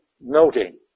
noting